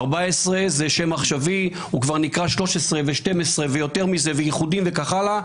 14 זה שם עכשווי הוא כבר נקרא 13 ו-12 ויותר מזה וייחודים וכך הלאה,